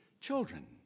children